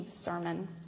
sermon